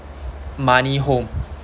money home